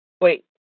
Wait